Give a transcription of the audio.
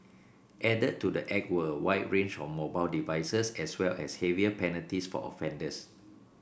added to the act were a wider range of mobile devices as well as heavier penalties for offenders